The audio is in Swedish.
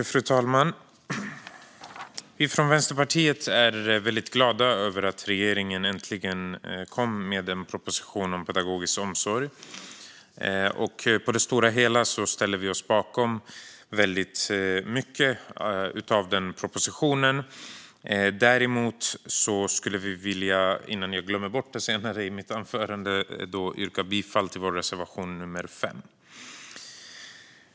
Fru talman! Vi i Vänsterpartiet är väldigt glada över att regeringen äntligen kommit med en proposition om pedagogisk omsorg. På det stora hela ställer vi oss bakom mycket i denna proposition. Dock vill jag innan jag glömmer bort det yrka bifall till vår reservation nummer 5.